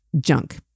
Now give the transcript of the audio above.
junk